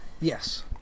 Yes